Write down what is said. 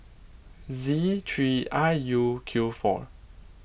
Z three I U Q four